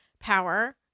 power